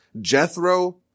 Jethro